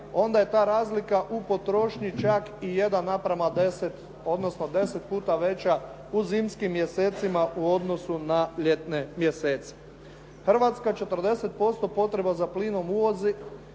onda je ta razlika u potrošnji čak i 1:10, odnosno 10 puta veća u zimskim mjesecima u odnosu na ljetne mjesece. Hrvatska 40% potreba za plinom uvozi